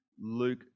Luke